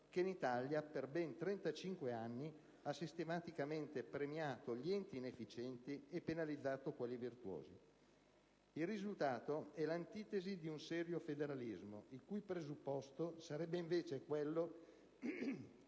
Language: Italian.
che in Italia per ben 35 anni ha sistematicamente premiato gli enti inefficienti e penalizzato quelli virtuosi. Il risultato è l'antitesi di un serio federalismo, il cui presupposto sarebbe invece quello